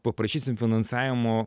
paprašysim finansavimo